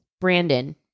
Brandon